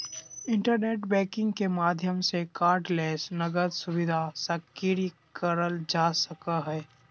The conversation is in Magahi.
इंटरनेट बैंकिंग के माध्यम से कार्डलेस नकद सुविधा सक्रिय करल जा सको हय